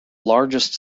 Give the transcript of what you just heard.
largest